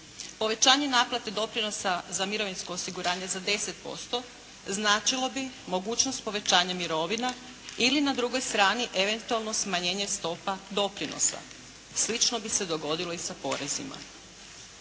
povećanje naplate doprinosa za mirovinsko osiguranje za 10% značilo bi mogućnost povećanja mirovina ili na drugoj strani eventualno smanjenje stopa doprinosa. Slično bi se dogodilo i sa porezima.